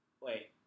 Wait